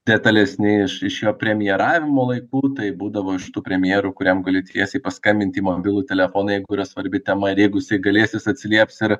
detalesni iš iš jo premjeravimo laikų tai būdavo iš tų premjerų kuriam gali tiesiai paskambint į mobilų telefoną jeigu yra svarbi tema ir jeigu jisai galės jis atsilieps ir